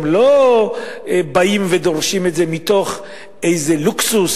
הם לא באים ודורשים את זה מתוך איזה לוקסוס